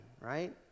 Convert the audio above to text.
right